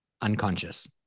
unconscious